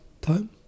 time